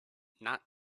not